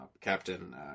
captain